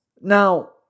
Now